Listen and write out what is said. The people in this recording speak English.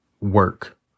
work